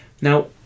Now